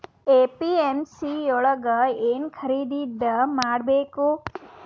APMC ಯೊಳಗ ಏನ್ ಖರೀದಿದ ಮಾಡ್ಬೇಕು?